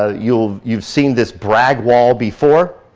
ah you've you've seen this brag wall before.